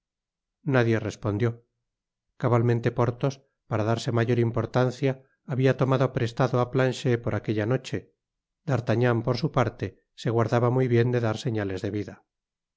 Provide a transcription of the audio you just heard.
nadie respondió cabalmente porthos para darse mayor importancia habia tomado prestado á planchet por aquella noche d'artagnan por su parte se guardaba muy bien de dar señales de vida en